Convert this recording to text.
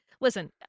listen